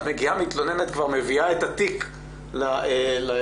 מגיעה מתלוננת ומביאה את התיק למשטרה.